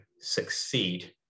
succeed